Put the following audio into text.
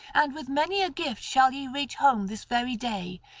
and with many a gift shall ye reach home this very day,